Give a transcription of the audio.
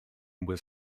was